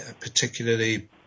particularly